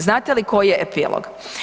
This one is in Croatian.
Znate li koji je epilog?